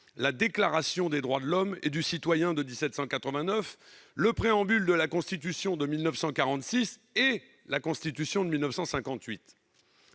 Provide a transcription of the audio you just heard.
la Déclaration des droits de l'homme et du citoyen de 1789, le préambule de la Constitution de 1946 et la Constitution de 1958.